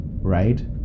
right